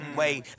wait